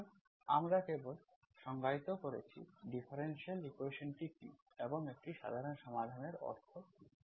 সুতরাং আমরা কেবল সংজ্ঞায়িত করেছি ডিফারেনশিয়াল ইকুয়েশন্সটি কী এবং একটি সাধারণ সমাধানের অর্থ কী